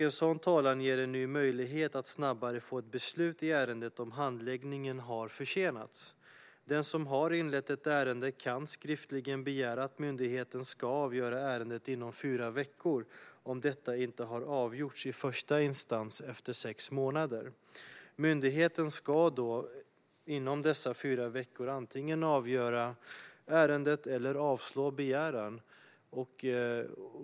En sådan talan ger en ny möjlighet att snabbare få ett beslut i ärendet om handläggningen har försenats. Den som har inlett ett ärende kan skriftligen begära att myndigheten ska avgöra ärendet inom fyra veckor, om detta inte har avgjorts i första instans efter sex månader. Myndigheten ska inom dessa fyra veckor antingen avgöra ärendet eller avslå begäran.